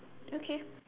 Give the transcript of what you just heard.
okay